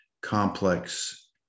complex